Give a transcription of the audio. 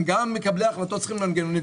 גם מקבלי החלטות צריכים מנגנונים.